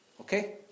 Okay